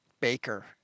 baker